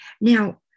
Now